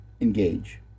engage